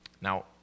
Now